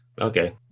Okay